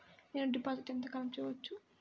నేను డిపాజిట్ ఎంత కాలం చెయ్యవచ్చు?